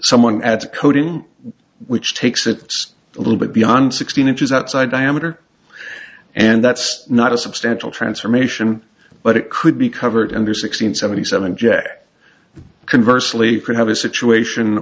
someone at coding which takes it a little bit beyond sixteen inches outside diameter and that's not a substantial transformation but it could be covered under six hundred seventy seven jack converse league can have a situation